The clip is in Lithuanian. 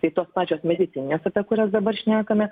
tai tos pačios medicininės apie kurias dabar šnekame